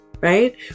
right